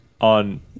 On